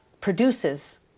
produces